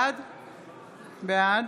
בעד